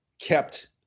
kept